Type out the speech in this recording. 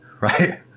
right